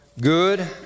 good